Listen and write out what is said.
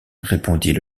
répondit